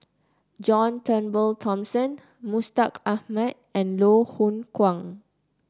John Turnbull Thomson Mustaq Ahmad and Loh Hoong Kwan